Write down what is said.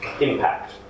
impact